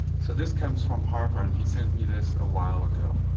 so this comes from harper, and he sent me this a while ago.